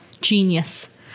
Genius